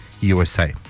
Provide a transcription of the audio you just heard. USA